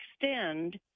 extend